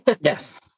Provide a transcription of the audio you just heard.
yes